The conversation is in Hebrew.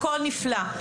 הכול נפלא,